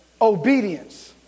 obedience